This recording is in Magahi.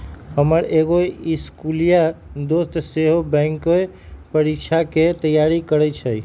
हमर एगो इस्कुलिया दोस सेहो बैंकेँ परीकछाके तैयारी करइ छइ